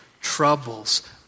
Troubles